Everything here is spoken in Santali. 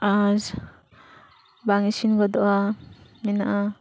ᱟᱨ ᱵᱟᱝ ᱤᱥᱤᱱ ᱜᱚᱫᱚᱜᱼᱟ ᱢᱮᱱᱟᱜᱼᱟ